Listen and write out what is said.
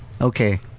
Okay